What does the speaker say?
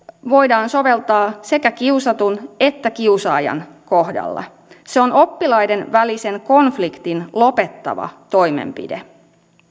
voidaan soveltaa sekä kiusatun että kiusaajan kohdalla se on oppilaiden välisen konfliktin lopettava toimenpide